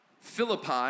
Philippi